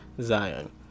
Zion